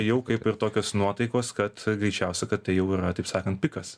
jau kaip ir tokios nuotaikos kad greičiausia kad tai jau yra taip sakant pikas